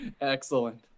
Excellent